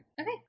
Okay